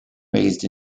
raised